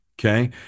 Okay